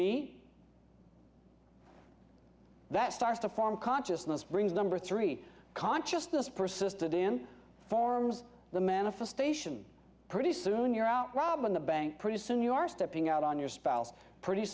me that starts to form consciousness brings number three consciousness persisted in forms the manifestation pretty soon you're out robin the bank pretty soon you are stepping out on your spouse pretty